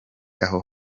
aho